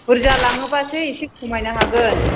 बुरजा लाङोबासो इसे खमायनो हागोन